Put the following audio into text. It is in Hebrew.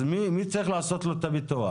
אז מי צריך לעשות לו את הביטוח?